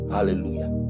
Hallelujah